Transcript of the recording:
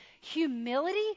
Humility